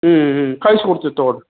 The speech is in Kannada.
ಹ್ಞೂ ಹ್ಞೂ ಹ್ಞೂ ಕಳಿಸ್ಕೊಡ್ತೀವಿ ತಗೊಳ್ಳಿರಿ